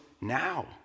now